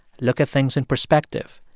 look at things in perspective,